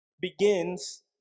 begins